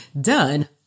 done